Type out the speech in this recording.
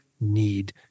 need